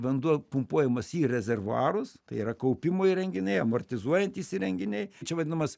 vanduo pumpuojamas į rezervuarus tai yra kaupimo įrenginiai amortizuojantys įrenginiai čia vadinamas